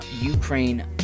Ukraine